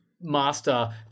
master